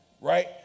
right